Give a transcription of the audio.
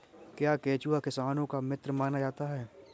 क्या केंचुआ किसानों का मित्र माना जाता है?